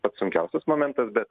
pats sunkiausias momentas bet